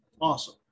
awesome